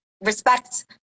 respect